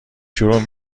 شروع